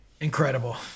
Incredible